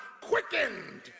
quickened